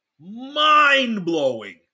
mind-blowing